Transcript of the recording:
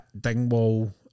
Dingwall